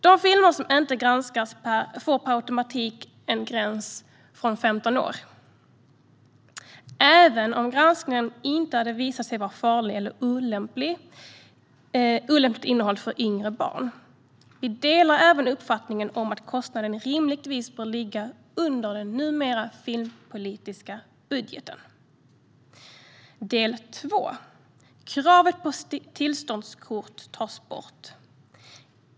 De filmer som inte granskas får per automatik en gräns från femton år även om en granskning inte hade visat på farligt eller olämpligt innehåll för yngre barn. Vi delar även uppfattningen att kostnaden rimligtvis bör ligga under den filmpolitiska budgeten. Del två handlar om att kravet på tillståndskort tas bort.